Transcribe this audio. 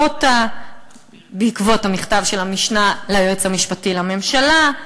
אותה בעקבות המכתב של המשנה ליועץ המשפטי לממשלה,